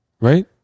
right